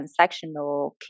transactional